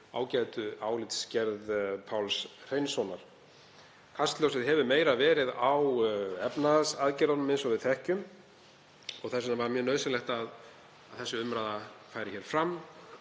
ágætu álitsgerð Páls Hreinssonar. Kastljósið hefur meira verið á efnahagsaðgerðunum, eins og við þekkjum, og því mjög nauðsynlegt að þessi umræða fari hér fram